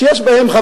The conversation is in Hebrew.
שיש בהם,